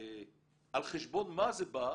על חשבון מה זה בא?